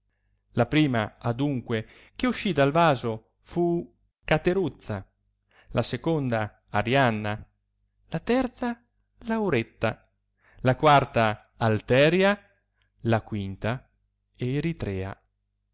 la prima adunque che uscì dal vaso fu cateruzza la seconda arianna la terza lauretta la quarta alteria la quinta eritrea